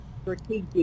Strategic